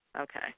Okay